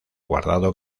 guardado